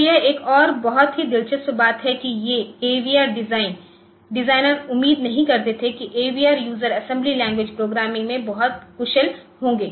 तो यह एक और बहुत ही दिलचस्प बात है कि ये AVR डिज़ाइनर उम्मीद नहीं करते थे कि AVR यूजरअसेंबली लैंग्वेज प्रोग्रामिंग में बहुत कुशल होंगे